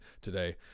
today